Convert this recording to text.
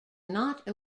not